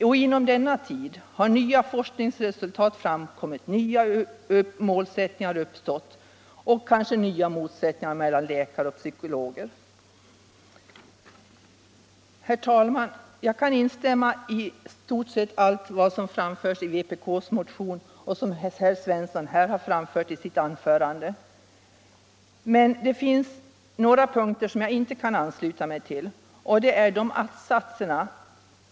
Och under denna tid har kanske nya forskningsresultat framkommit, nya målsättningar uppställts och nya motsättningar mellan läkare och psykologer framkommit. Herr talman! Jag kan i stort sett instämma i allt som framförs i vpkmotionen och i det som herr Svensson i Malmö här anförde. Däremot kan jag inte ansluta mig till att-satserna.